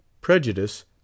Prejudice